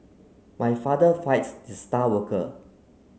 my father fight the star worker